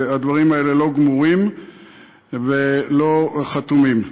והדברים האלה לא גמורים ולא חתומים.